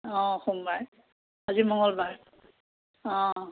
অঁ সোমবাৰ আজি মঙলবাৰ অঁ